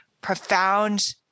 profound